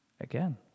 Again